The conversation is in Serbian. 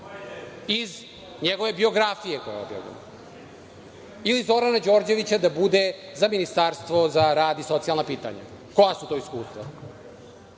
iz njegove biografije koja je objavljena? Ili Zorana Đorđevića da bude za Ministarstvo za rad i socijalna pitanja, koja su to iskustva?